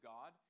God